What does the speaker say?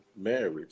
marriage